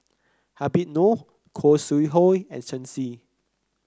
Habib Noh Khoo Sui Hoe and Shen Xi